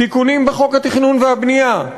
תיקונים בחוק התכנון והבנייה,